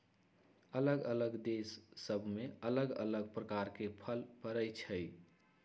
अल्लग अल्लग देश सभ में अल्लग अल्लग प्रकार के फल फरइ छइ